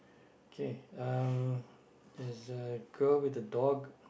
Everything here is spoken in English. okay uh there's a girl with a dog